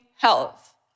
health